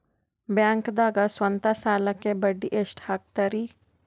ಬ್ಯಾಂಕ್ದಾಗ ಸ್ವಂತ ಸಾಲಕ್ಕೆ ಬಡ್ಡಿ ಎಷ್ಟ್ ಹಕ್ತಾರಿ?